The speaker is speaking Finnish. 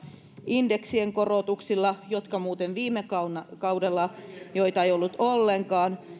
indeksien korotuksilla joita muuten viime kaudella kaudella ei ollut ollenkaan